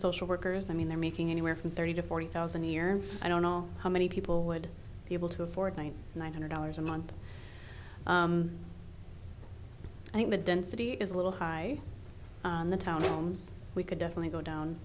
social workers i mean they're making anywhere from thirty to forty thousand a year i don't know how many people would be able to afford one thousand nine hundred dollars a month i think the density is a little high in the town homes we could definitely go down